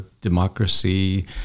democracy